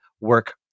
work